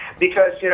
because,